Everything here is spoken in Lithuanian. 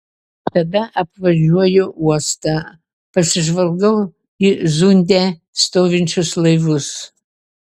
tada apvažiuoju uostą pasižvalgau į zunde stovinčius laivus